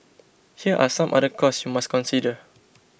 here are some other costs you must consider